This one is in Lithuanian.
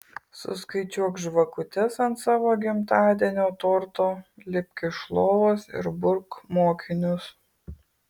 suskaičiuok žvakutes ant savo gimtadienio torto lipk iš lovos ir burk mokinius